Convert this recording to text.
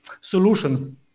solution